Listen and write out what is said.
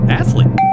athlete